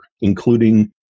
including